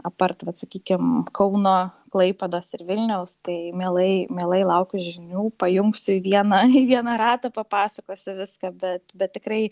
apart vat sakykim kauno klaipėdos ir vilniaus tai mielai mielai laukiu žinių pajungsiu į vieną į vieną ratą papasakosiu viską bet bet tikrai